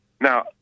Now